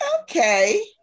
okay